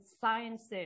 sciences